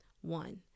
One